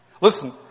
Listen